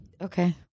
okay